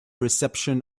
reception